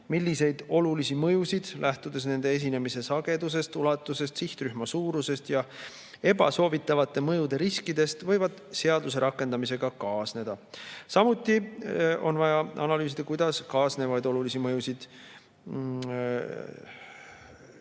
milliseid olulisi mõjusid, lähtudes nende esinemise sagedusest, ulatusest, sihtrühma suurusest ja ebasoovitavate mõjude riskidest, võib seaduse rakendamisega kaasneda. Samuti on vaja selgitada, kuidas kaasnevat olulist [mõju]